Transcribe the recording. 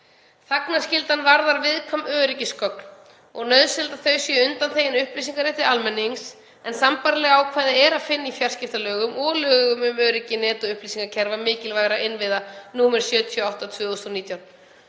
Þagnarskyldan varðar viðkvæm öryggisgögn og nauðsynlegt að þau séu undanþegin upplýsingarétti almennings, en sambærileg ákvæði er að finna í fjarskiptalögum og lögum um öryggi net- og upplýsingakerfa mikilvægra innviða, nr. 78/2019.